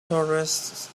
tourists